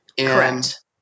Correct